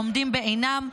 עומדות בעינן,